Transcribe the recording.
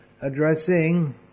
addressing